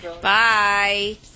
Bye